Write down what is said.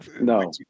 no